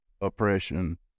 oppression